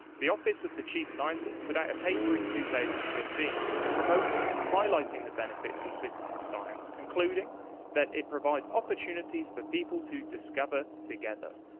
the office of the chief scientist put out a paper in two thousand and fifteen promoting and highlighting the benefits of citizen science, concluding that it provides opportunities for people to discover together.